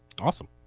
Awesome